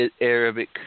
Arabic